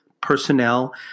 personnel